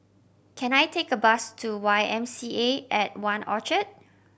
can I take a bus to Y M C A at One Orchard